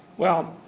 well,